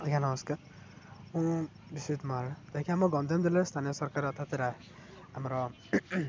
ଆଜ୍ଞ ନମସ୍କାର ମୁଁ ବିଶ୍ୱଜିତ ମହାରଣା ଯାହାକି ଆମ ଗନ୍ଧନ୍ଦି ଜିଲ୍ଲାର ସ୍ଥାନୀୟ ସରକାର ଆମର